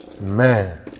Man